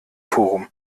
forum